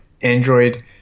Android